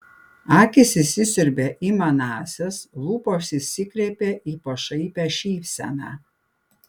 akys įsisiurbė į manąsias lūpos išsikreipė į pašaipią šypseną